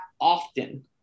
often